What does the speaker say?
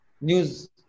news